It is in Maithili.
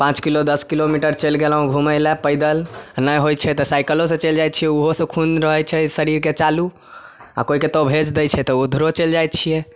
पाँच किलो दस किलो मीटर चलि गेलहुॅं घुमैलए पैदल नहि होइ छै तऽ साइकिलो सऽ चलि जाइ छियै ओहो से खून रहै छै शरीरके चालू आ कोइ केतौ भेज दै छै तऽ उधरो चलि जाइ छियै